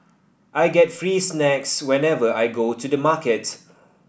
I get free snacks whenever I go to the market